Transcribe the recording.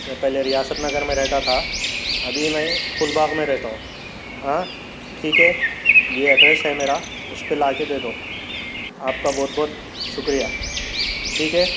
میں پہلے ریاست نگر میں رہتا تھا ابھی میں خلد باغ میں رہتا ہوں آں ٹھیک ہے یہ ایڈریس ہے میرا اس پہ لا کے دے دو آپ کا بہت بہت شکریہ ٹھیک ہے